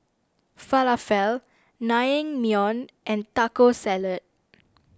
Falafel Naengmyeon and Taco Salad